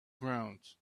ground